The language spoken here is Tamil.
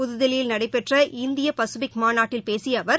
புதுதில்லியில் நடைபெற்ற இந்திய பசுபிக் மாநாட்டில் பேசிய அவர்